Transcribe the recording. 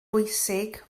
bwysig